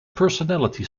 personality